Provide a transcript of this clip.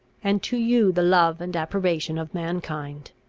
and to you the love and approbation of mankind.